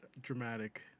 dramatic